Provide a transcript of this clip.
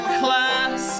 class